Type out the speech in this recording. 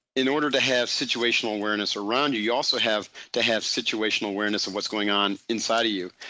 in order to have situational awareness around you, you also have to have situational awareness of what's going on inside of you.